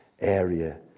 area